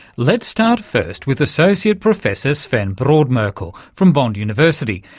let's start first with associate professor sven brodmerkel from bond university,